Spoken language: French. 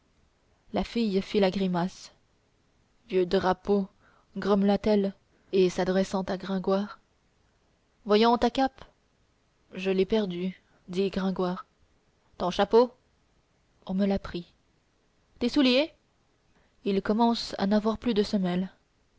la fille fit la grimace vieux drapeau grommela t elle et s'adressant à gringoire voyons ta cape je l'ai perdue dit gringoire ton chapeau on me l'a pris tes souliers ils commencent à n'avoir plus de semelles